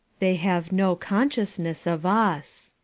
they have no consciousness of us.